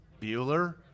Bueller